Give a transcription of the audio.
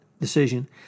decision